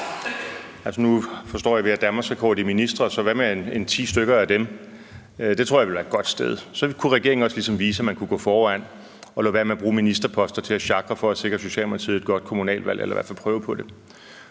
Altså, nu forstår jeg, at vi har danmarksrekord i ministre, så hvad med, at man gjorde det med en 10 stykker af dem? Det tror jeg ville være et godt sted. Så kunne regeringen også ligesom vise, at man kunne gå foran og lade være med at bruge ministerposter til at sjakre for at sikre Socialdemokratiet et godt kommunalvalg eller i hvert fald prøve på det.